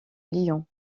lyon